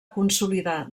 consolidar